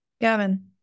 gavin